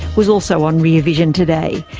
was also on rear vision today.